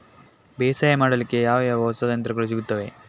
ಬೇಸಾಯ ಮಾಡಲಿಕ್ಕೆ ಯಾವ ಯಾವ ಹೊಸ ಯಂತ್ರಗಳು ಸಿಗುತ್ತವೆ?